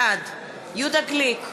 בעד יהודה גליק,